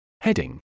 Heading